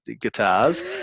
guitars